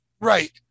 Right